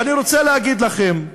ואני רוצה להגיד לכם,